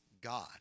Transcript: God